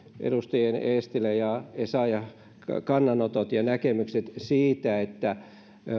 edustajien eestilä ja essayah kannanotot ja näkemykset siitä että